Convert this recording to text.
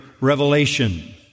revelation